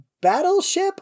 Battleship